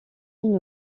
une